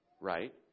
right